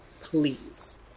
Please